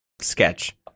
sketch